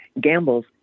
Gamble's